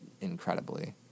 incredibly